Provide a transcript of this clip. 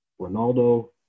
Ronaldo